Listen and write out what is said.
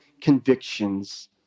convictions